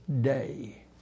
day